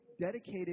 dedicated